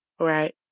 Right